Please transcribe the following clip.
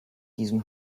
diesem